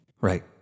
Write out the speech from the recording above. Right